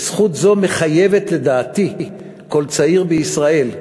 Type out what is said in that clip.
וזכות זו מחייבת, לדעתי, כל צעיר בישראל.